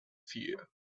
fear